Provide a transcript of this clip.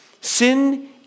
Sin